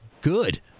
good